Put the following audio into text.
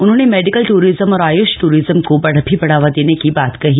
उन्होंने medical tourism और Ayush tourism को भी बढ़ावा देने की बात कही